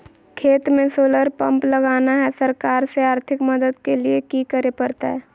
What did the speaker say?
खेत में solar pump लगाना है, सरकार से आर्थिक मदद के लिए की करे परतय?